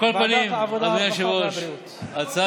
על כל פנים, אדוני היושב-ראש, על ההצעה